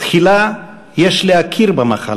תחילה יש להכיר במחלה,